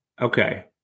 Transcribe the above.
Okay